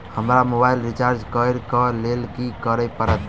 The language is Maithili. हमरा मोबाइल रिचार्ज करऽ केँ लेल की करऽ पड़त?